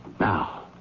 Now